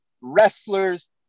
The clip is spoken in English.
wrestlers